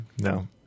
No